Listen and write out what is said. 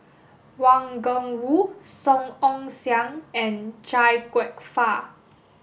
Wang Gungwu Song Ong Siang and Chia Kwek Fah